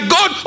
God